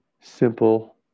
simple